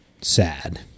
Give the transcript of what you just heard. sad